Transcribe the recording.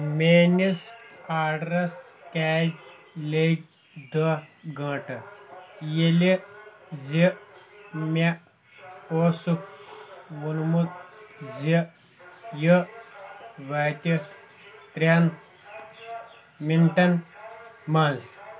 میٲنِس آڈرَس کیٛازِ لٔگۍ دٔہ گنٛٹہٕ ییٚلہِ زِ مےٚ اوسُکھ وونمُت زِ یہِ واتہِ ترٛؠن منٹَن منٛز